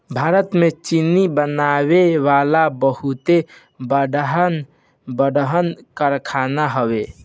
भारत में चीनी बनावे वाला बहुते बड़हन बड़हन कारखाना हवे